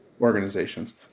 organizations